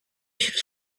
should